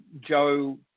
Joe